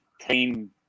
team